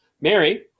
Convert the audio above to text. Mary